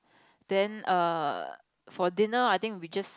then err for dinner I think we just